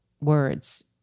words